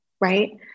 right